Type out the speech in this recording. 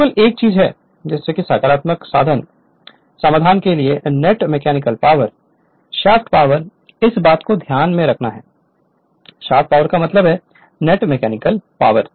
केवल एक चीज यह है कि संख्यात्मक समाधान के लिए net mechanical power shaft power इस बात को ध्यान में रखना है शाफ्ट पावर का मतलब है नेट मैकेनिकल पावर